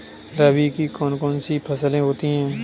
रबी की कौन कौन सी फसलें होती हैं?